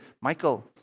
Michael